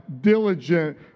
diligent